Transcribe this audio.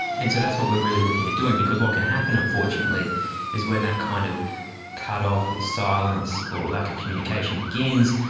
and so that's what we are really looking at doing, because what can happen unfortunately is when that kind of cut-off, or silence or lack of communication begins,